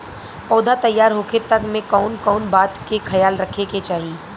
पौधा तैयार होखे तक मे कउन कउन बात के ख्याल रखे के चाही?